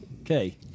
okay